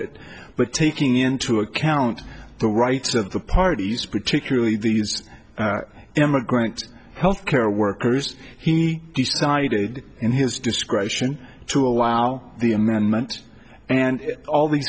it but taking into account the rights of the parties particularly these emigrant health care workers he decided in his discretion to allow the amendment and all